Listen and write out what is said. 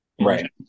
Right